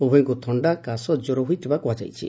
ଉଭୟଙ୍କୁ ଥଶ୍ତା କାଶ କ୍ୱର ହୋଇଥିବା କୁହାଯାଇଛି